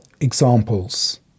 examples